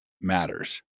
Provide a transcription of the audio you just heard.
matters